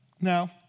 Now